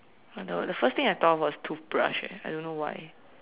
oh no the first thing I thought of was toothbrush eh I don't know why